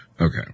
Okay